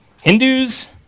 Hindus